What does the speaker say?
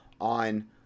on